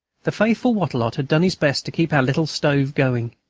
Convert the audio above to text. the faithful wattrelot had done his best to keep our little stove going.